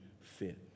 fit